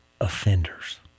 offenders